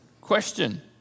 question